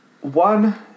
One